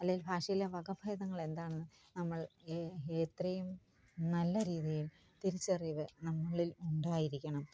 അല്ലേൽ ഭാഷയിൽ വകഭേദങ്ങളെന്താണെന്ന് നമ്മൾ എ എത്രയും നല്ല രീതിയിൽ തിരിച്ചറിവ് നമ്മളിൽ ഉണ്ടായിരിക്കണം